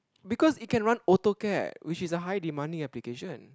because it can run Autocad which is a high demanding application